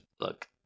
look